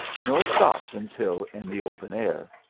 nor stopped until in the open air.